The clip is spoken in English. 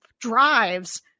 drives